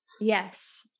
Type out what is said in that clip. yes